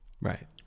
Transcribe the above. Right